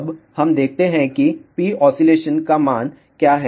अब हम देखते हैं Poscका मान क्या है